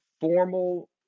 formal